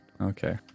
Okay